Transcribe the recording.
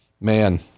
man